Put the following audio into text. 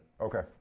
Okay